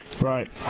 Right